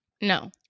no